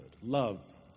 Love